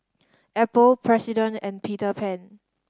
Apple President and Peter Pan